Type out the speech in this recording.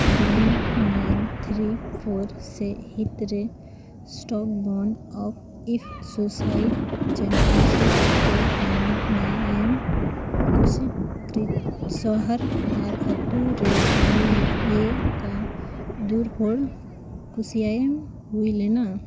one nine three four ᱥᱟᱹᱦᱤᱛ ᱨᱮ ᱥᱴᱚᱞᱵᱨᱳᱱ ᱟᱜ ᱤᱯᱷ ᱥᱩᱭᱰᱤᱥ ᱪᱟᱢᱯᱤᱭᱟᱱᱥᱤᱯ ᱴᱤᱠᱟᱹᱣ ᱛᱟᱭᱚᱢ ᱥᱚᱦᱚᱨ ᱟᱨ ᱟᱹᱛᱩᱨᱮ ᱠᱟᱹᱢᱤᱭᱤᱡ ᱞᱮᱠᱟ ᱫᱩᱨ ᱦᱚᱲ ᱠᱩᱥᱤᱭᱟᱭᱮᱢ ᱦᱩᱭ ᱞᱮᱱᱟ